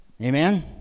Amen